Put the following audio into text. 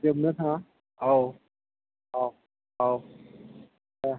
जोबनो थाङा औ औ औ औ